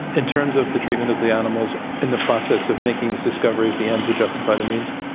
in terms of the treatment of the animals in the process of making this discover, is the end would justify the means?